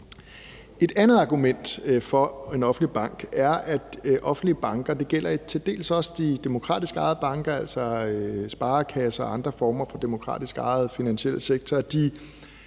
Et andet argument for en offentlig bank er, at offentlige banker, og det gælder til dels de demokratisk ejede banker, altså sparekasser og andre former på demokratisk ejede dele af den finansielle sektor,